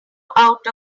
out